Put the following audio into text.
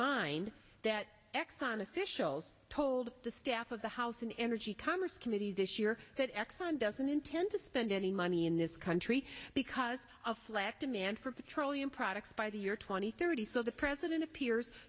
mind that exxon officials told the staff of the house and energy commerce committee this year that exxon doesn't intend to spend any money in this country because of slack demand for petroleum products by the year two thousand and thirty so the president appears